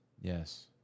Yes